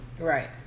right